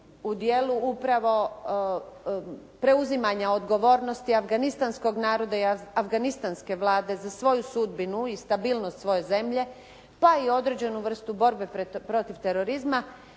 u dijelu upravo preuzimanja odgovornosti afganistanskog naroda i afganistanske vlade za svoju sudbinu i stabilnost svoje zemlje pa i određenu vrstu borbe protiv terorizma